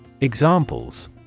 Examples